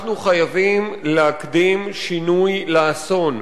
אנחנו חייבים להקדים שינוי לאסון.